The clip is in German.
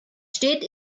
steht